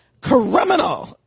criminal